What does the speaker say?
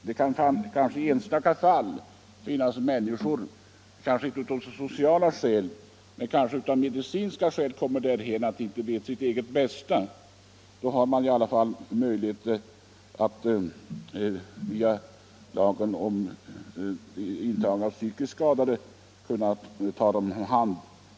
Det kanske finns enstaka människor som av sociala eller medicinska skäl inte vet sitt eget bästa. I sådana fall har man möjligheter att via lagen om intagning av psykiskt skadade ta hand om dem.